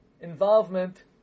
involvement